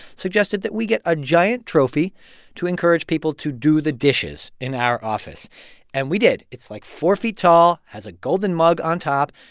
suggested that we get a giant trophy to encourage people to do the dishes in our office and we did. it's, like, four feet tall, has a golden mug on top.